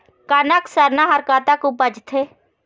कनक सरना हर कतक उपजथे?